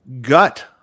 gut